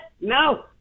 no